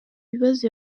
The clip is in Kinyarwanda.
bibazo